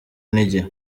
n’igihe